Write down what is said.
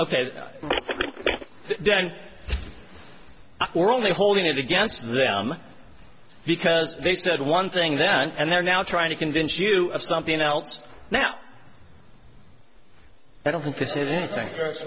this then we're only holding it against them because they said one thing then and they're now trying to convince you of something else now i don't think this is anything that's